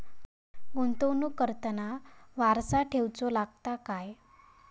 गुंतवणूक करताना वारसा ठेवचो लागता काय?